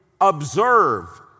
observe